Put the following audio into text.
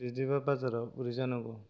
बिदिबा बाजारा बोरै जानांगौ